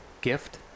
gift